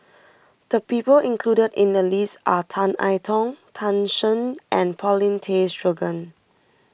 the people included in the list are Tan I Tong Tan Shen and Paulin Tay Straughan